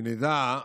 שנדע,